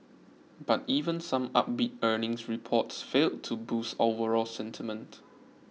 but even some upbeat earnings reports failed to boost overall sentiment